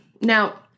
Now